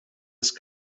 ist